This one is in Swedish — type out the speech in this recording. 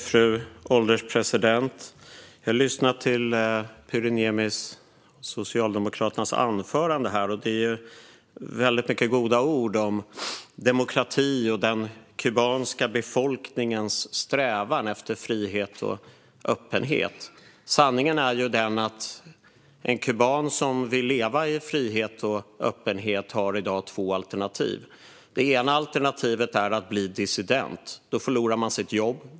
Fru ålderspresident! Jag har lyssnat till socialdemokraten Pyry Niemis anförande. Det är många goda ord om demokrati och den kubanska befolkningens strävan efter frihet och öppenhet. Sanningen är den att en kuban som vill leva i frihet och öppenhet i dag har två alternativ. Det ena alternativet är att bli dissident. Då förlorar man sitt jobb.